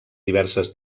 diverses